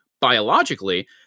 biologically